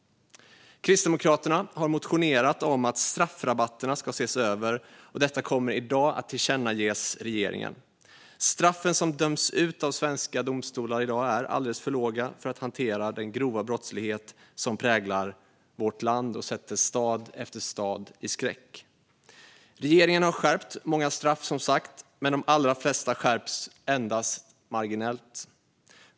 Kristdemokraterna har motionerat om att straffrabatterna ska ses över, och detta kommer i dag att tillkännages regeringen. De straff som döms ut av svenska domstolar är i dag alldeles för låga för att hantera den grova brottslighet som präglar vårt land och sätter stad efter stad i skräck. Regeringen har som sagt skärpt många straff, men de allra flesta skärps endast marginellt.